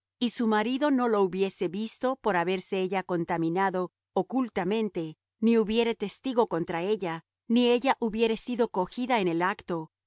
y su marido no lo hubiese visto por haberse ella contaminado ocultamente ni hubiere testigo contra ella ni ella hubiere sido cogida en el acto